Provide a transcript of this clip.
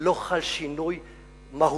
לא חל שינוי מהותי,